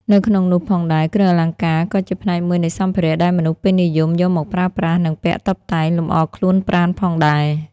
នៅក្នុងនោះផងដែរគ្រឿងអលង្ការក៏ជាផ្នែកមួយនៃសម្ភារៈដែរមនុស្សពេញនិយមយកមកប្រើប្រាស់និងពាក់តុបតែងលំអរខ្លួនប្រាណផងដែរ។